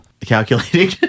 calculating